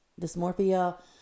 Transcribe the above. dysmorphia